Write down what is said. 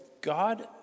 God